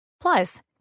Plus